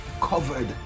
covered